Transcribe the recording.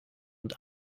und